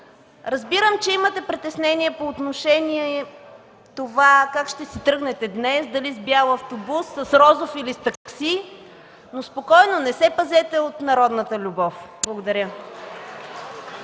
Разбирам, че имате притеснения по отношение на това как ще си тръгнете днес – дали с бял автобус, с розов или с такси, но спокойно, не се пазете от народната любов! Благодаря.